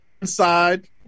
inside